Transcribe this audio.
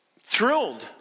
Thrilled